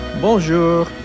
Bonjour